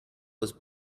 was